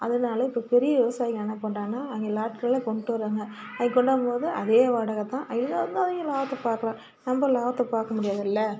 அதனால் இப்போ பெரிய விவசாயிங்கள் என்ன பண்ணுறாங்கன்னா அவங்க ஆட்களே கொண்டுட்டு வருவாங்க அப்படி கொண்டாரும் போது அதே வாடகை தான் எல்லா விவசாயிங்களும் லாபத்தை பார்க்கலாம் நம்ம லாபத்தை பார்க்க முடிகிறதுதில்ல